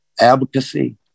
advocacy